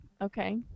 Okay